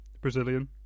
Brazilian